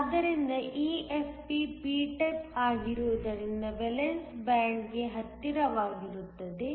ಆದ್ದರಿಂದ EFP p type ಆಗಿರುವುದರಿಂದ valence band ಗೆ ಹತ್ತಿರವಾಗಿರುತ್ತದೆ